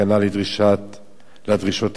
האלה מכיוון שהיא מנהלת